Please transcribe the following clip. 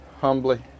humbly